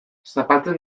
zapaltzen